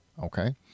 Okay